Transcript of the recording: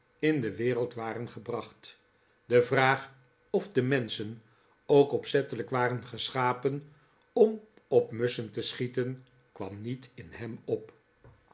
in de wereld waren gebracht de vraag of de menschen ook opzettelijk waren geschapen om op musschen te schieten kwam niet in hem op